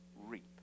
reap